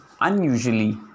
Unusually